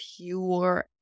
pure